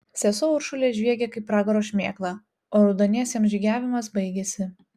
sesuo uršulė žviegė kaip pragaro šmėkla o raudoniesiems žygiavimas baigėsi